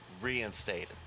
reinstated